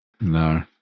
No